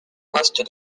poste